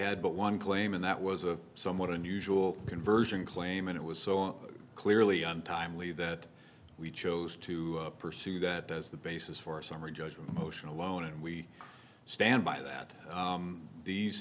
had but one claim and that was a somewhat unusual conversion claim and it was so clearly untimely that we chose to pursue that as the basis for a summary judgment motion alone and we stand by that these